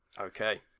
okay